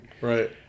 Right